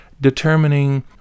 determining